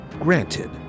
Granted